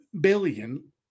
billion